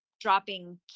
dropping